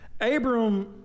Abram